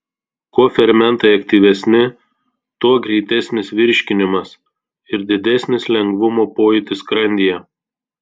kuo fermentai aktyvesni tuo greitesnis virškinimas ir didesnis lengvumo pojūtis skrandyje